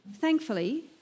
Thankfully